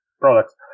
products